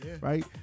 right